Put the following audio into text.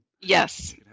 yes